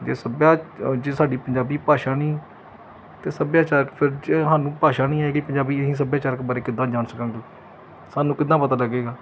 ਜੇ ਸੱਭਿਆ ਜੇ ਸਾਡੀ ਪੰਜਾਬੀ ਭਾਸ਼ਾ ਨਹੀਂ ਤਾਂ ਸੱਭਿਆਚਾਰਕ ਫਿਰ ਜੇ ਸਾਨੂੰ ਭਾਸ਼ਾ ਨਹੀਂ ਆਵੇਗੀ ਪੰਜਾਬੀ ਅਸੀਂ ਸੱਭਿਆਚਾਰਕ ਬਾਰੇ ਕਿੱਦਾਂ ਜਾਣ ਸਕਾਂਗੇ ਸਾਨੂੰ ਕਿੱਦਾਂ ਪਤਾ ਲੱਗੇਗਾ